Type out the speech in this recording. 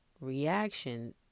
reaction